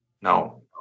No